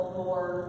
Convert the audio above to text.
more